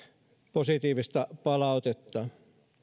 positiivista palautetta